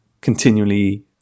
continually